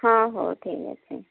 ହଁ ହଉ ଠିକ୍ ଅଛି